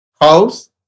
House